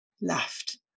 left